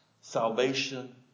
salvation